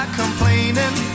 complaining